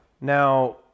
Now